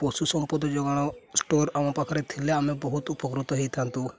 ପଶୁ ସମ୍ପଦ ଯୋଗାଣ ଷ୍ଟୋର୍ ଆମ ପାଖରେ ଥିଲେ ଆମେ ବହୁତ ଉପକୃତ ହେଇଥାନ୍ତୁ